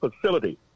facility